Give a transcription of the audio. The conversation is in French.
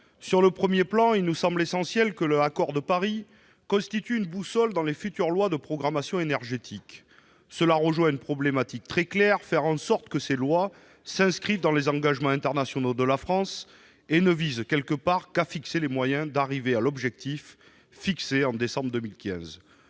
Sur le premier plan, il nous semble essentiel que l'accord de Paris constitue une boussole pour les futures lois de programmation énergétique, ce qui répond à une problématique très claire : faire en sorte que ces lois s'inscrivent dans les engagements internationaux de la France et ne visent qu'à fixer les moyens d'arriver à l'objectif fixé en décembre 2015.